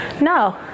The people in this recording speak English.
no